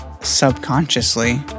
subconsciously